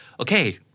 Okay